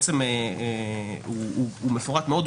הוא מפורט מאוד,